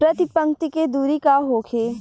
प्रति पंक्ति के दूरी का होखे?